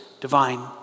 divine